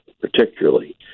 particularly